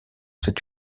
cet